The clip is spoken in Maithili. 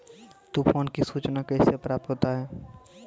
तुफान की सुचना कैसे प्राप्त होता हैं?